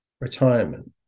retirement